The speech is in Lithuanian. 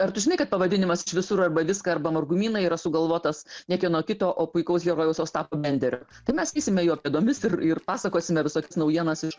ar tu žinai kad pavadinimas visur arba viską arba margumynai yra sugalvotas niekieno kito o puikaus herojaus ostapo benderio tai mes eisime jo pėdomis ir ir pasakosime visokias naujienas iš